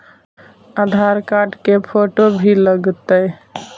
आधार card के photo भी लग तै?